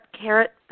carrot